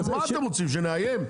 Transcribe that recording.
מה אתם רוצים, שנאיים?